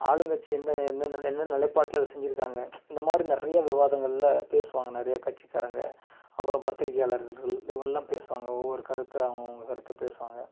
ஆளுங்கட்சி எந்த என்ன நிலை என்ன நிலைபாட்டில அதை செஞ்சி இருக்காங்கள் இந்தமாதிரி நிறைய விவாதங்கள்ல பேசுவாங்கள் நிறைய கட்சிக்காரங்கள் அப்புறம் பத்திரிக்கையாளர்கள் இவங்கள்லாம் பேசுவாங்கள் ஒவ்வொரு கருத்து அவங்கவுங்க கருத்தை பேசுவாங்கள்